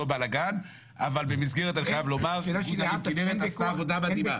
זה אותו בלגן אבל אני חייב לומר שאיגוד ערים כינרת עשו עבודה מדהימה.